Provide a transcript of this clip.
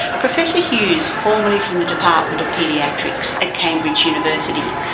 professor hughes, formally from the department of paediatrics at cambridge university,